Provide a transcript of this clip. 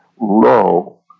low